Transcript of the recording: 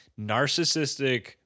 narcissistic